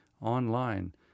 online